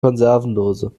konservendose